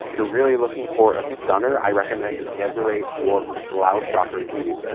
if you're really looking for a stunner, i recommend desiree dwarf blauwschokker peas.